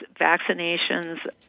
vaccinations